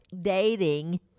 dating